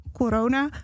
corona